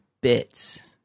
bits